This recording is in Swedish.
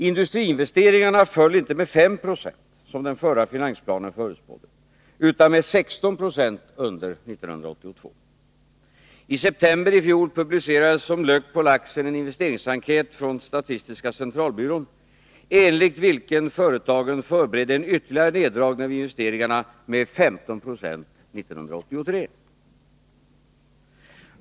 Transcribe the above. Industriinvesteringarna föll inte med 5 26, som den förra finansplanen förutspådde, utan med 16 26 under 1982. I september publicerades som lök på laxen en investeringsenkät från statistiska centralbyrån, enligt vilken företagen förberedde en ytterligare neddragning av investeringarna med 15 90 1983.